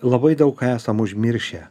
labai daug esam užmiršę